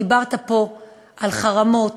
דיברת פה על חרמות,